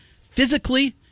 physically